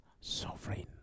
sovereign